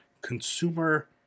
Consumer